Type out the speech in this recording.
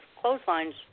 clotheslines